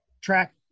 track